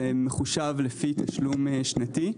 וזה מחושב לפי תשלום שנתי.